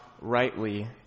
rightly